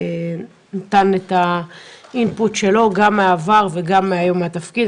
ונתן את חוות הדעת שלו גם מהעבר וגם מתפקידו היום.